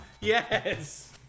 yes